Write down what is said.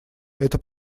это